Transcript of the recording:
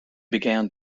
began